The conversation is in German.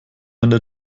ende